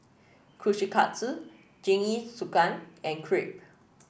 Kushikatsu Jingisukan and Crepe